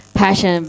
passion